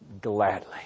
gladly